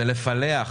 זה לפלח